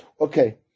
okay